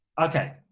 okay,